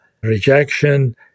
rejection